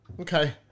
Okay